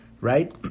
right